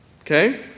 Okay